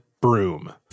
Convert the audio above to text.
broom